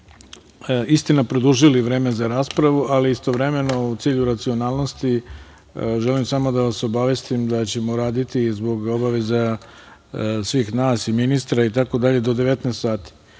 smo, istina, produžili vreme za raspravu, ali istovremeno, u cilju racionalnosti, želim samo da vas obavestim da ćemo raditi, i zbog obaveza svih nas i ministra, do 19.00